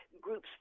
groups